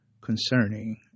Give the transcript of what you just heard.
concerning